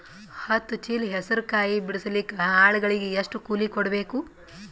ಹತ್ತು ಚೀಲ ಹೆಸರು ಕಾಯಿ ಬಿಡಸಲಿಕ ಆಳಗಳಿಗೆ ಎಷ್ಟು ಕೂಲಿ ಕೊಡಬೇಕು?